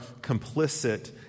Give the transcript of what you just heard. complicit